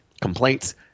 complaints